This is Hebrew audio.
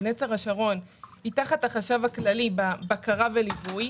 נצר השרון היא תחת החשב הכללי בבקרה וליווי,